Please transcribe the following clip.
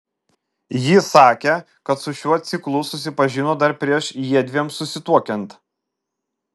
jis sakė kad su šiuo ciklu susipažino dar prieš jiedviem susituokiant